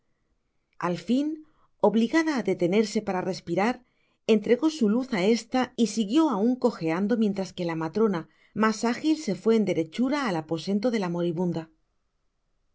al fin obligada á detenerse para respirar entregó su luz á ésta y siguió aun cojeando mientras que la matrona mas ágil se fué en derechura al aposento de la moribunda